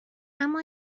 اما